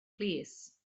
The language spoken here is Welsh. plîs